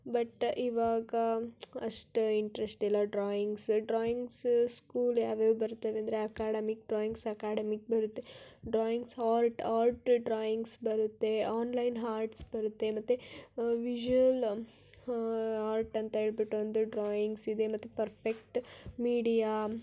but ಇವಾಗ ಅಷ್ಟು ಇಂಟ್ರೆಶ್ಟಿಲ್ಲಾ ಡ್ರಾಯಿಂಗ್ಸ ಡ್ರಾಯಿಂಗ್ಸು ಸ್ಕೂಲ್ ಯಾವ್ಯಾವ ಬರ್ತವೆ ಅಂದರೆ ಅಕಾಡಮಿಕ್ ಡ್ರಾಯಿಂಗ್ಸ್ ಅಕಾಡಮಿಕ್ ಬರುತ್ತೆ ಡ್ರಾಯಿಂಗ್ಸ್ ಆರ್ಟ್ ಆರ್ಟ್ ಡ್ರಾಯಿಂಗ್ಸ್ ಬರುತ್ತೆ ಆನ್ಲೈನ್ ಹಾರ್ಟ್ಸ್ ಬರುತ್ತೆ ಮತ್ತು ವಿಶ್ಯಲ್ ಆರ್ಟ್ ಅಂತ ಹೇಳ್ಬಿಟ್ಟು ಒಂದು ಡ್ರಾಯಿಂಗ್ಸ್ ಇದೆ ಮತ್ತು ಪರ್ಫೆಕ್ಟ್ ಮೀಡಿಯಾ